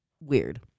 weird